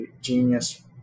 genius